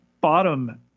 bottom